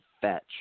fetch